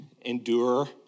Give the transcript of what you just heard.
endure